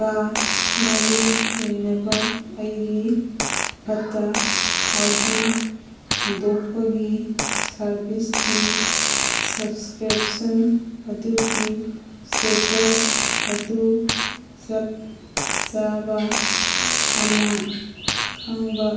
ꯀꯥ ꯃꯔꯤ ꯂꯩꯅꯕ ꯑꯩꯒꯤ ꯐꯠꯇ ꯍꯥꯎꯗꯤ ꯍꯨꯟꯗꯣꯛꯄꯒꯤ ꯁꯥꯔꯕꯤꯁꯀꯤ ꯁꯞꯁꯀ꯭ꯔꯞꯁꯟ ꯑꯗꯨꯒꯤ ꯏꯁꯇꯦꯇꯁ ꯑꯗꯨ ꯆꯞ ꯆꯥꯕ ꯈꯪꯕ